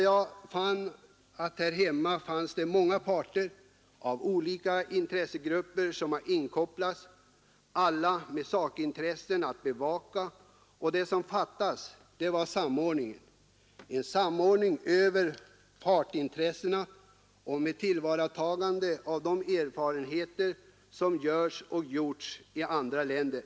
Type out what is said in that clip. Jag fann att här hemma fanns många parter och olika intressegrupper inkopplade — alla med sakintressen att bevaka — och det som fattades var samordning, en samordning över partsintressen och med tillvaratagande av de erfarenheter som görs och gjorts i andra länder.